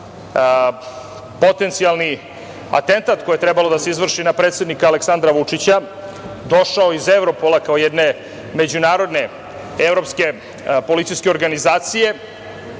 potencijalni atentat koji je trebalo da se izvrši na predsednika Aleksandra Vučića, došao iz Evropola kao jedne međunarodne evropske policije organizacije